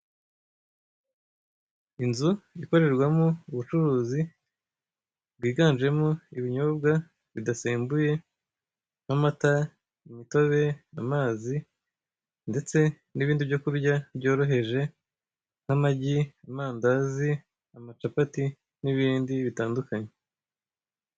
Inzu ikorerwamo ubucuruzi bwiganjemo ibinyobwa bidasembuye nka amata, imitobe, amazi ndetse na ibindi byo kurya byoroheje nka amagi, amandazi, amacapati na ibindi bitandukanye.